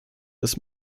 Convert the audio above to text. das